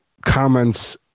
comments